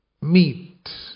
meat